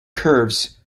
curves